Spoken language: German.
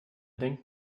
denken